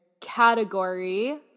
category